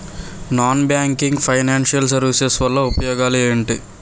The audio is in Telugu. నాన్ బ్యాంకింగ్ ఫైనాన్షియల్ సర్వీసెస్ వల్ల ఉపయోగాలు ఎంటి?